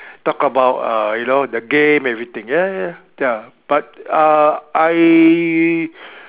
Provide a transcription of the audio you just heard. talk about uh you know the game everything ya ya ya but uh I uh